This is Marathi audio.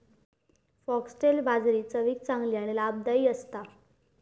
फॉक्स्टेल बाजरी चवीक चांगली आणि लाभदायी असता